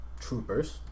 Troopers